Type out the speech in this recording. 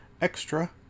Extra